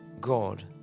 God